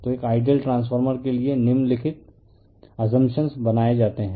तो एक ideal transformer के लिए निम्नलिखित अस्संपशन बनाई जाती हैं